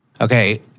Okay